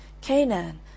Canaan